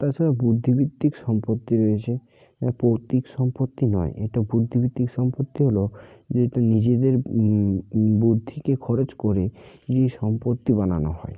তাছাড়া বুদ্ধিভিত্তিক সম্পত্তি রয়েছে পৈতৃক সম্পত্তি নয় এটা বুদ্ধিভিত্তিক সম্পত্তি হল যেহেতু নিজেদের বুদ্ধিকে খরচ করে যে সম্পত্তি বানানো হয়